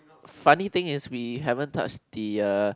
funny thing is we haven't touch the uh